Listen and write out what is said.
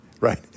right